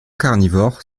carnivores